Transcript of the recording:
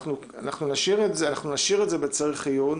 אנחנו נשאיר את זה בצריך עיון.